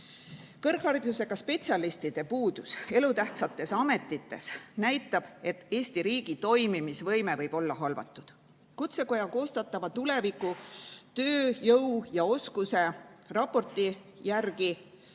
Kõrgharidusega spetsialistide puudus elutähtsates ametites näitab, et Eesti riigi toimimisvõime võib olla halvatud. Kutsekoja koostatava tuleviku tööjõu- ja oskuste